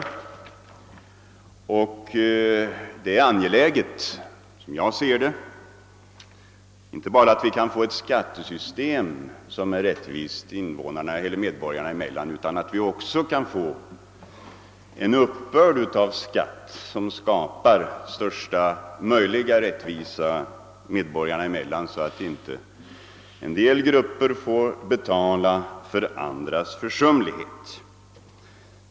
Som jag ser det är det angeläget inte bara att vi kan få ett skattesystem som är rättvist medborgarna emellan utan också att vi kan få en uppbörd av skatt som skapar största möjliga rättvisa, så att inte en del grupper får betala för andras försumlighet.